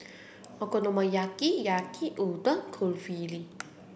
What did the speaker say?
Okonomiyaki Yaki Udon Kulfi